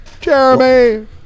jeremy